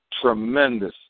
tremendous